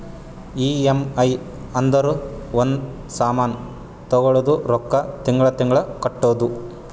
EMI ಅಂದುರ್ ಒಂದ್ ಸಾಮಾನ್ ತಗೊಳದು ರೊಕ್ಕಾ ತಿಂಗಳಾ ತಿಂಗಳಾ ಕಟ್ಟದು